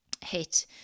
hit